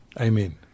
Amen